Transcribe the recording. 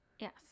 yes